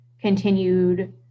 continued